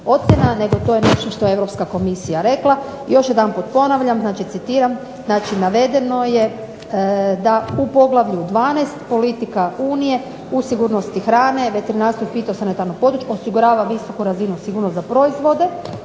ocjena, nego to je nešto što je Europska komisija rekla. Još jedanput ponavljam, citiram znači navedeno je u poglavlju 12. Politika unije u sigurnosti hrane, veterinarsko fitosanitarnog područja osigurava visoku razinu sigurnost za proizvode